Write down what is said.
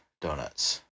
donuts